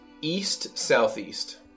east-southeast